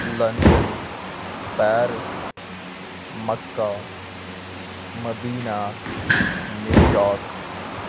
London Paris Mecca Medina New York